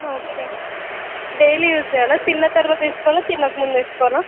okay daily use చేయాలా తిన్న తరువాత వేసుకోవాలా వేసుకోవాలా తినక ముందు వేసుకోవాలా